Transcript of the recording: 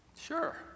Sure